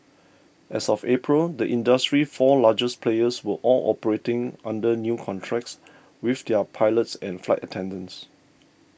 as of April the industry's four largest players were all operating under new contracts with their pilots and flight attendants